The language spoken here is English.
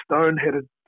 stone-headed